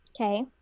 Okay